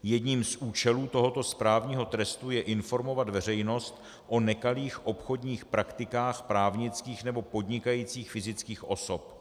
Jedním z účelů tohoto správního trestu je informovat veřejnost o nekalých obchodních praktikách právnických nebo podnikajících fyzických osob.